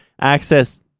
access